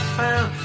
found